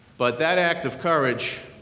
but that act of courage